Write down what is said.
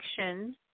action